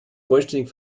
vollständig